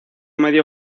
medio